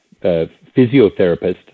physiotherapist